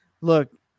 Look